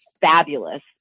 fabulous